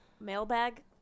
mailbag